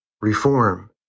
Reform